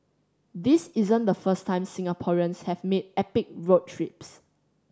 this isn't the first time Singaporeans have made epic road trips